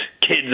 kids